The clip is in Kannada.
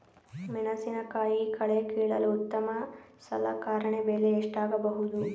ಮೆಣಸಿನಕಾಯಿ ಕಳೆ ಕೀಳಲು ಉತ್ತಮ ಸಲಕರಣೆ ಬೆಲೆ ಎಷ್ಟಾಗಬಹುದು?